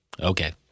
okay